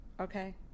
okay